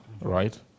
right